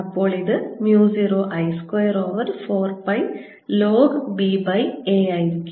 അപ്പോൾ ഇത് mu 0 I square over 4 pi log b by a ആയിരിക്കും